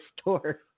store